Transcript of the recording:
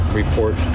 report